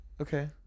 Okay